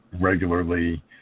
regularly